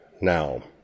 now